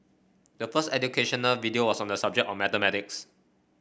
the first educational video was on the subject of mathematics